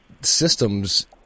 systems